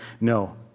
No